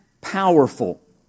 powerful